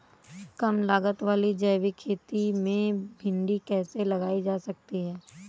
कम लागत वाली जैविक खेती में भिंडी कैसे लगाई जा सकती है?